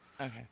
Okay